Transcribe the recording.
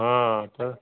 हा तर